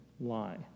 lie